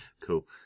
Cool